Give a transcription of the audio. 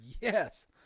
Yes